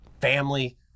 family